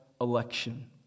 election